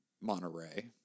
Monterey